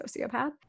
sociopath